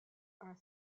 are